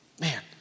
Man